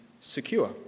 secure